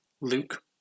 Luke